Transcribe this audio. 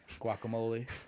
Guacamole